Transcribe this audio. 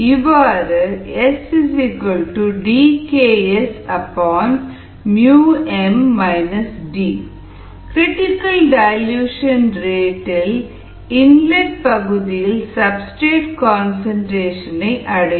இவ்வாறு S DKsm D critical dilution rate இல் inlet பகுதியில் சப்ஸ்டிரேட் கன்சன்ட்ரேஷன் ஐ அடையும்